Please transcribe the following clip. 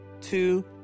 two